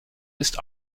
ist